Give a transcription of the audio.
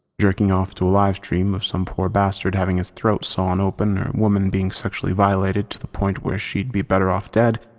jerking off to a live stream of some poor bastard having his throat sawn open or a woman being sexually violated to the point where she'd be better off dead.